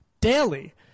daily